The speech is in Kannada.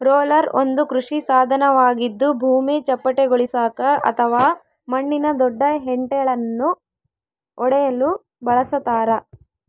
ರೋಲರ್ ಒಂದು ಕೃಷಿ ಸಾಧನವಾಗಿದ್ದು ಭೂಮಿ ಚಪ್ಪಟೆಗೊಳಿಸಾಕ ಅಥವಾ ಮಣ್ಣಿನ ದೊಡ್ಡ ಹೆಂಟೆಳನ್ನು ಒಡೆಯಲು ಬಳಸತಾರ